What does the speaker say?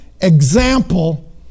example